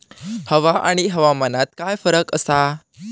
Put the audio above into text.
हवा आणि हवामानात काय फरक असा?